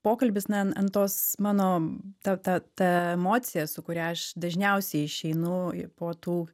pokalbis na an an tos mano ta ta ta emocija su kuria aš dažniausiai išeinu po tų